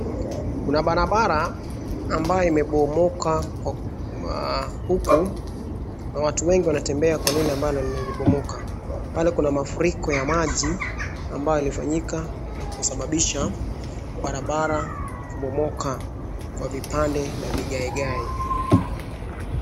Kuna barabara ambaye imebomoka huku na watu wengi wanatembea kwa lile ambalo limebomoka. Pale kuna mafuriko ya maji ambayo yalifanyika na kusababisha barabra kubomoka kwa vipande na vigaegae.